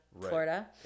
Florida